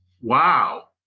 wow